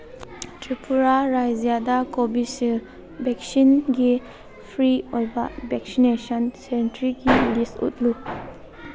ꯇ꯭ꯔꯤꯄꯨꯔꯥ ꯔꯥꯏꯖ꯭ꯌꯗ ꯀꯣꯕꯤꯁꯤꯜ ꯚꯦꯛꯁꯤꯟꯒꯤ ꯐ꯭ꯔꯤ ꯑꯣꯏꯕ ꯚꯦꯛꯁꯤꯅꯦꯁꯟ ꯁꯦꯟꯇ꯭ꯔꯤꯒꯤ ꯂꯤꯁ ꯎꯠꯂꯨ